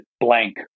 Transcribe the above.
blank